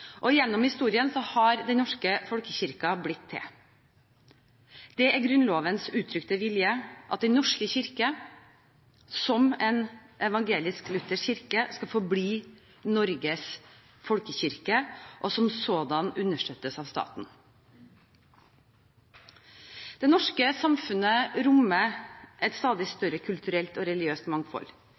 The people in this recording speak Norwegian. og i institusjoner. Gjennom historien har den norske folkekirken blitt til. Det er Grunnlovens uttrykte vilje at Den norske kirke, som en evangelisk-luthersk kirke, skal forbli Norges folkekirke og som sådan understøttes av staten. Det norske samfunnet rommer et stadig større kulturelt og religiøst mangfold.